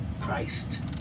Christ